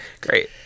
Great